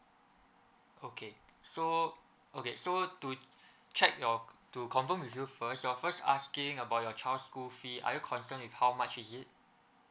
okay so okay so to check your to confirm with you first you're first asking about your child's school fee are you concerned with how much is it